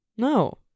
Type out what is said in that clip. No